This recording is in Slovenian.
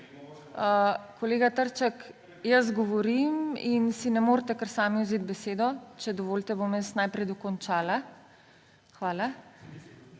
Kolega Trček, jaz govorim in si ne morete kar sami vzeti besede. Če dovolite, bom jaz najprej dokončala. Hvala.